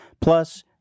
plus